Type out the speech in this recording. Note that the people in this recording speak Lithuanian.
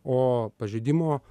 o pažeidimo